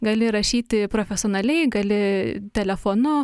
gali rašyti profesionaliai gali telefonu